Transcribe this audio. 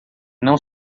não